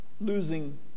losing